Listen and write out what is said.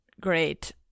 great